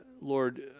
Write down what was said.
lord